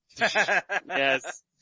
Yes